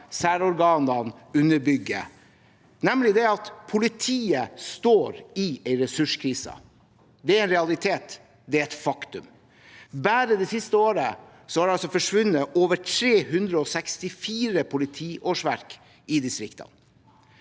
særorganene underbygger, nemlig at politiet står i en ressurskrise. Det er en realitet, det er et faktum. Bare det siste året har det forsvunnet over 364 politiårsverk i distriktene.